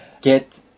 get